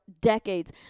decades